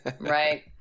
Right